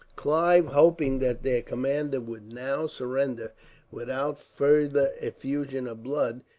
clive, hoping that their commander would now surrender without further effusion of blood,